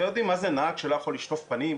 אתם יודעים מה זה נהג שלא יכול לשטוף פנים,